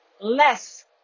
less